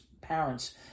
parents